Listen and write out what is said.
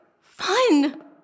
fun